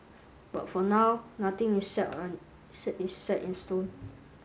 but for now nothing is set on is set is set in stone